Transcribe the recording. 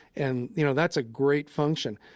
and you know that's a great function.